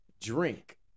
drink